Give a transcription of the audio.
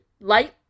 light